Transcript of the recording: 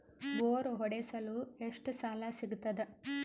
Bore ಹೊಡೆಸಲು ಎಷ್ಟು ಸಾಲ ಸಿಗತದ?